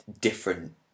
different